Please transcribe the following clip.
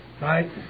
Right